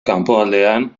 kanpoaldean